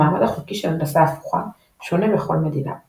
המעמד החוקי של הנדסה הפוכה שונה בכל מדינה;